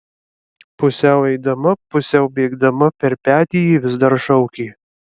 pusiau eidama pusiau bėgdama per petį ji vis dar šaukė